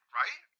right